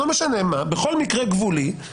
לא משנה מה בכל מקרה גבולי,